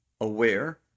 aware